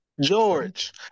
George